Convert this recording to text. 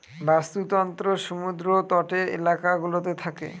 বাস্তুতন্ত্র সমুদ্র তটের এলাকা গুলোতে থাকে